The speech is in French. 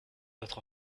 votre